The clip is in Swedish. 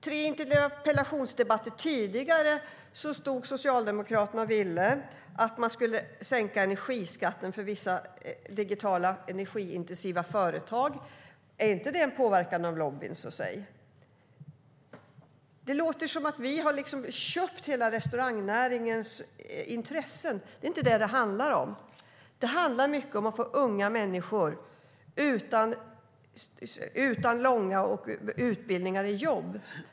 Tre interpellationsdebatter tidigare ville Socialdemokraterna sänka energiskatten för vissa digitala energiintensiva företag. Är inte det påverkat av lobbning? Det låter som om vi har köpt hela restaurangnäringens intressen. Det handlar inte om det. Det handlar om att få unga människor utan långa utbildningar i jobb.